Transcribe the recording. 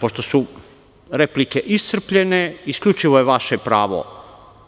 Pošto su replike iscrpljene, isključivo je vaše pravo